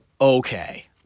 okay